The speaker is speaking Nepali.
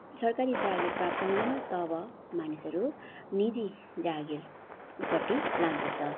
सरकारी जागिर प्राप्त हुँदैन तब मानिसहरू निजी जागिरपट्टि लाग्दछ